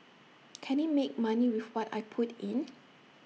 can IT make money with what I put in